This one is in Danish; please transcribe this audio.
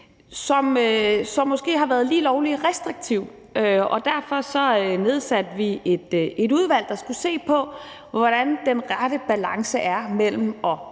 måske har været lige lovlig restriktivt. Derfor nedsatte vi et udvalg, der skulle se på, hvordan den rette balance er mellem at